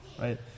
right